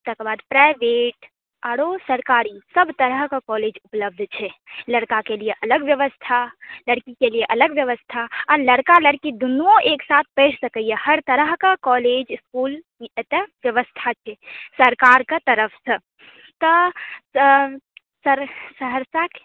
तकरबाद प्राइवेट आरो सरकारी सब तरहक कॉलेज उपलब्ध छै लड़काके लिए अलग व्यवस्था लड़कीके लिए अलग व्यवस्था आ लड़का लड़की दुनूओ एकसाथ पढ़ि सकैया हर तरहके कॉलेज इसकुलके एतऽ व्यवस्था छै सरकारके तरफसँ तऽ सहरसाके